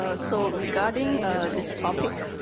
ah so regarding this topic,